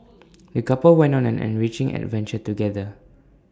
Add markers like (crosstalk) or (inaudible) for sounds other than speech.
(noise) the couple went on an enriching adventure together